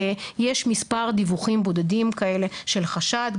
יש מספר דיווחים בודדים כאלה של חשד,